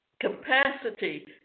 capacity